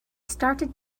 started